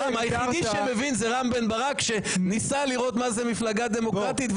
היחידי שמבין זה רם בן ברק שניסה לראות מה זה מפלגה דמוקרטית,